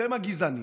אתם הגזענים,